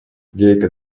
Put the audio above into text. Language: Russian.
гейка